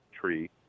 Tree